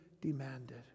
demanded